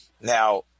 Now